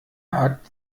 hat